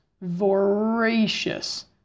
voracious